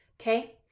Okay